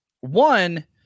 One